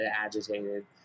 agitated